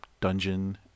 dungeon